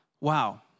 Wow